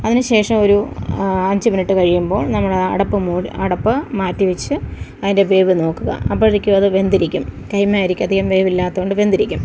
അതിന് ശേഷം ഒരു അഞ്ച് മിനിറ്റ് കഴിയുമ്പോൾ നമ്മൾ അടപ്പ് മൂടി അടപ്പ് മാറ്റി വെച്ച് അതിൻ്റെ വേവ് നോക്കുക അപ്പഴത്തേക്കും അത് വെന്തിരിക്കും കൈമ അരിക്ക് അധികം വേവ് ഇല്ലാത്തതുകൊണ്ട് വെന്തിരിക്കും